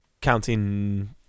counting